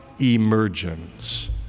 emergence